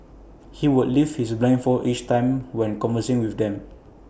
he would lift his blindfold each time when conversing with them